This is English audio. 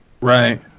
Right